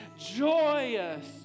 joyous